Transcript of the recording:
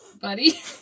Buddy